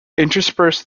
interspersed